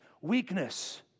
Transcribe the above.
weakness